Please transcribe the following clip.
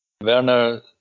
Werner